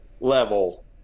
level